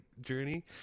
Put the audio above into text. journey